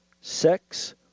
sex